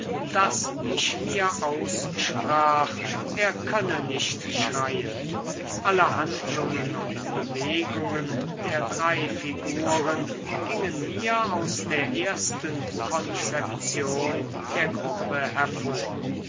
daß ich mir aussprach er könne nicht schreien alle handlungen und bewegungen der drei figuren gingen mir aus der ersten konzeption der gruppe hervor